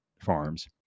farms